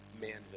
manhood